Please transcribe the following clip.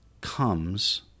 comes